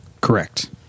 Correct